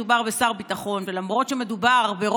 למרות שמדובר בשר הביטחון,